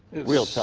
real tough.